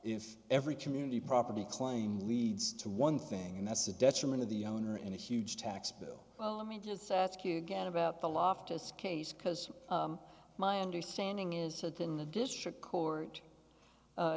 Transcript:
if every community property claim leads to one thing and that's the detriment of the owner and a huge tax bill well let me just ask you again about the loftus case because my understanding is that in the district court